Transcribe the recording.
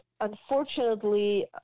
unfortunately